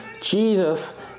Jesus